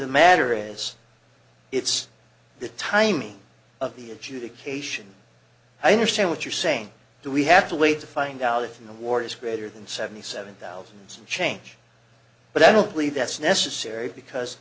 the matter is it's the timing of the adjudication i understand what you're saying do we have to wait to find out if an award is greater than seventy seven thousand some change but i don't believe that's necessary because